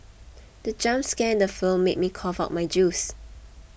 the jump scare in the film made me cough out my juice